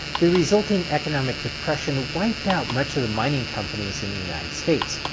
the resulting economic depression wiped out much of the mining companies in the united states,